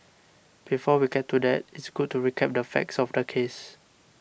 before we get to that it's good to recap the facts of the case